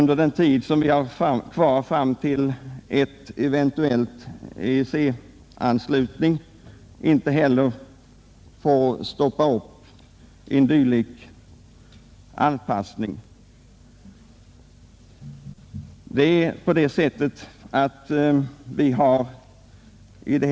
Det ena gäller anpassningen till EEC, det andra gäller omsorgen om de ekonomiskt svaga konsumenterna i samhället.